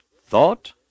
thought